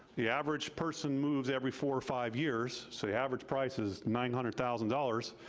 the average person moves every four or five years, so the average price is nine hundred thousand dollars,